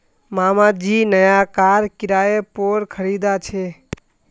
मामा जी नया कार किराय पोर खरीदा छे